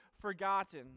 forgotten